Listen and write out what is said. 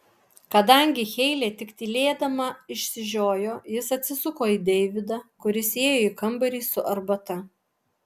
kadangi heilė tik tylėdama išsižiojo jis atsisuko į deividą kuris įėjo į kambarį su arbata